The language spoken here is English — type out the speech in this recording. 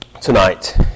tonight